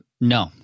No